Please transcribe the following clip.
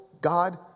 God